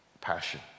passion